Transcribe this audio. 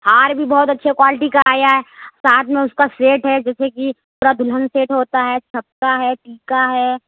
ہار بھی بہت اچھی کوالٹی کا آیا ہے ساتھ میں اُس کا سیٹ ہے جیسے کہ پورا دُلہن سیٹ ہوتا ہے ٹھپہ ہے ٹیکہ ہے